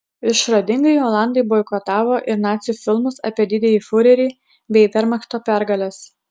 išradingai olandai boikotavo ir nacių filmus apie didįjį fiurerį bei vermachto pergales